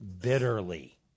bitterly